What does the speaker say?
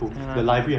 (uh huh)